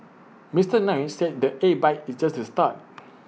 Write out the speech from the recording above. Mister Nair said the A bike is just the start